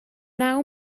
naw